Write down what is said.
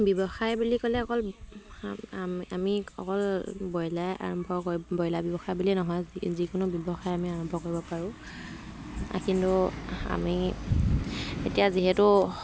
ব্যৱসায় বুলি ক'লে অকল আমি অকল ব্ৰইলাৰে আৰম্ভ ব্ৰইলাৰ ব্যৱসায় বুলিয় নহয় যিকোনো ব্যৱসায় আমি আৰম্ভ কৰিব পাৰোঁ কিন্তু আমি এতিয়া যিহেতু